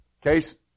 case